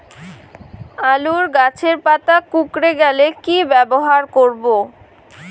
আলুর গাছের পাতা কুকরে গেলে কি ব্যবহার করব?